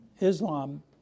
Islam